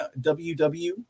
WW